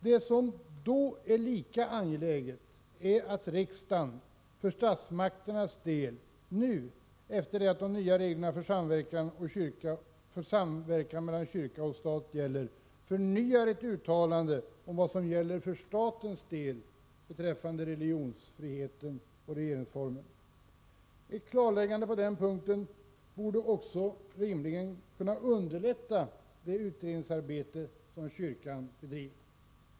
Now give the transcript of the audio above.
Det som givetvis är lika angeläget är att riksdagen för statsmakternas del nu, efter det att de nya reglerna för samverkan mellan kyrka och stat har trätt i kraft, förnyar ett uttalande om vad som gäller för statens del beträffande religionsfriheten och regeringsformen. Ett klarläggande på den punkten borde också rimligen kunna underlätta det utredningsarbete som kyrkan bedriver.